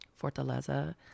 Fortaleza